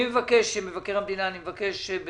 אני מבקש לדעת מהאוצר